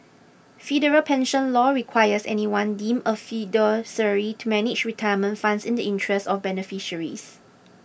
federal pension law requires anyone deemed a fiduciary to manage retirement funds in the interests of beneficiaries